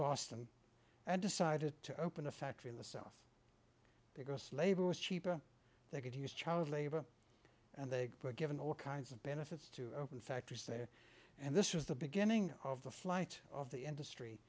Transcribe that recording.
boston and decided to open a factory in the south because labor was cheap or they could use child labor and they were given all kinds of benefits to open factories there and this was the beginning of the flight of the industry